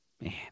Man